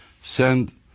send